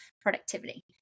productivity